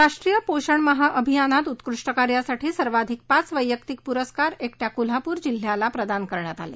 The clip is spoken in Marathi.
राष्ट्रीय पोषण माह अभियानात उत्कृष्ट कार्यासाठी सर्वाधिक पाच वैयक्तिक पुरस्कार एकटया कोल्हापूर जिल्हयाला प्रदान करण्यात आले